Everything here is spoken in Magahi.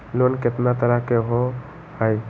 लोन केतना तरह के होअ हई?